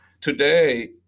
today